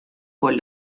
con